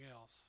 else